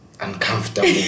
uncomfortable